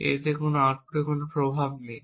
A এর আউটপুটে কোন প্রভাব নেই